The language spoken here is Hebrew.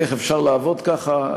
איך אפשר לעבוד ככה?